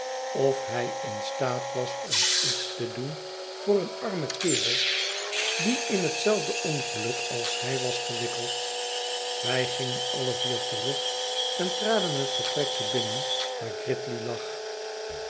of hij in staat was om iets te doen voor een armen kerel die in hetzelfde ongeluk als hij was gewikkeld wij gingen alle vier terug en traden het vertrekje binnen waar gridley lag